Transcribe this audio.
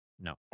no